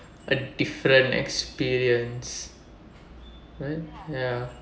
a different experience [what] ya